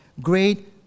great